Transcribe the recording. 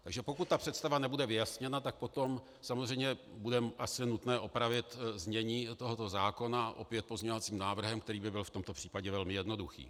Takže pokud ta představa nebude vyjasněna, tak potom samozřejmě bude asi nutné opravit znění tohoto zákona opět pozměňovacím návrhem, který by byl v tomto případě velmi jednoduchý.